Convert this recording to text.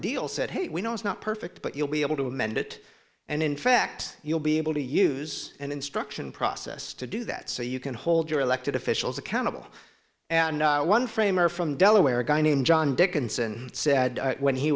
deal said hey we know it's not perfect but you'll be able to amend it and in fact you'll be able to use an instruction process to do that so you can hold your elected officials accountable and one framer from delaware a guy named john dickinson said when he